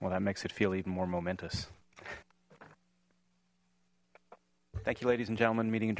well that makes it feel even more momentous thank you ladies and gentlemen meeting